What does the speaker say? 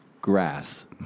Grass